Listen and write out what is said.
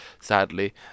sadly